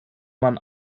man